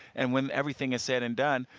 and when everything is said and done,